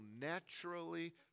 naturally